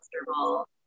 comfortable